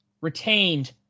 Retained